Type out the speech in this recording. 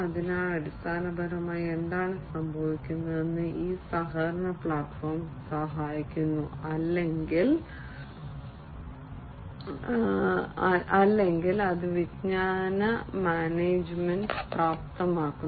അതിനാൽ അടിസ്ഥാനപരമായി എന്താണ് സംഭവിക്കുന്നത് ഈ സഹകരണ പ്ലാറ്റ്ഫോം സഹായിക്കുന്നു അല്ലെങ്കിൽ അത് വിജ്ഞാന മാനേജ്മെന്റ് പ്രാപ്തമാക്കുന്നു